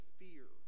fear